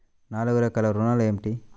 నాలుగు రకాల ఋణాలు ఏమిటీ?